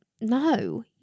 no